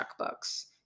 checkbooks